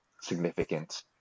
significant